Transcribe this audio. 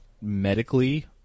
medically